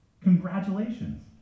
congratulations